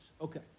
Okay